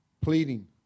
pleading